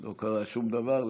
לא קרה שום דבר.